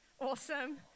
Awesome